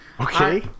Okay